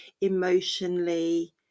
emotionally